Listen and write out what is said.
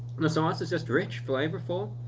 and the sauce is just rich, flavorful.